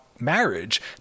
marriage